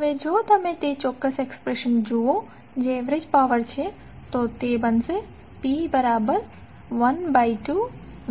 હવે જો તમે તે ચોક્કસ એક્સપ્રેશન જુઓ જે એવરેજ પાવર છે તો તે P12VmImcos